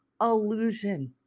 illusion